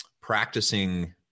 practicing